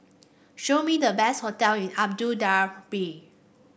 show me the best hotel in Abu Dhabi